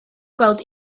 gweld